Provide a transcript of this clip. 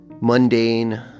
mundane